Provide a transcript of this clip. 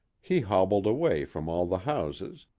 he hobbled away from all the houses,